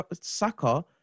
Saka